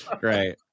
Right